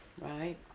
right